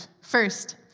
First